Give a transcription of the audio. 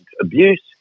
abuse